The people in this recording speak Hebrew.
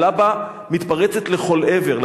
הלבה מתפרצת לכל עבר.